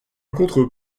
contre